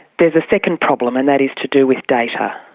there's a second problem and that is to do with data.